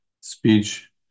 speech